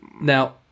now